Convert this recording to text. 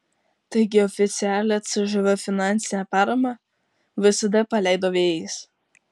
taigi oficialią cžv finansinę paramą vsd paleido vėjais